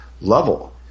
level